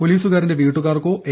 പൊലീസുകാരന്റെ വീട്ടുകാർക്കോ എ